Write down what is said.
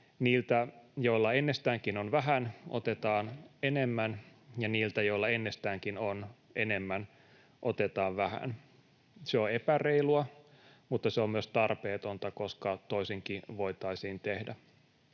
Niiltä, joilla ennestäänkin on vähän, otetaan enemmän, ja niiltä, joilla ennestäänkin on enemmän, otetaan vähän. Se on epäreilua, mutta se on myös tarpeetonta, koska toisinkin voitaisiin tehdä.